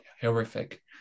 horrific